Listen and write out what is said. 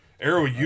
Arrow